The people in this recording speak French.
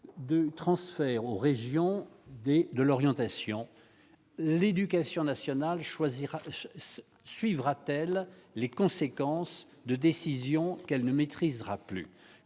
de transfert aux régions D de l'orientation, l'éducation nationale choisira suivra-t-elle les conséquences de décisions qu'elle ne maîtrisera plus